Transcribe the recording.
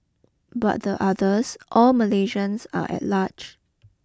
but the others all Malaysians are at large